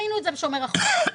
ראינו את בשומר החומות,